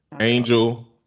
Angel